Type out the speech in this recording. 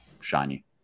shiny